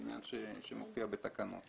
מי שפעל בניגוד לתנאים